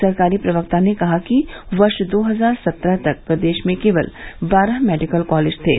सरकारी प्रवक्ता ने कहा कि वर्ष दो हजार सत्रह तक प्रदेश में केवल बारह मेडिकल कॉलेज थे